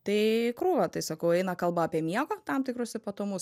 tai krūva tai sakau eina kalba apie miego tam tikrus ypatumus